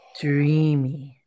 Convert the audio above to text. Dreamy